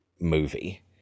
movie